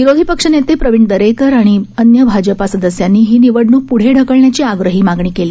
विरोधी पक्षनेते प्रवीण दरेकर आणि अन्य भाजपा सदस्यांनी ही निवडणूक पूढे ढकलण्याची आग्रही मागणी केली